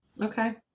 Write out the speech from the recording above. Okay